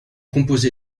composé